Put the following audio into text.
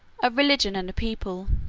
a religion and a people,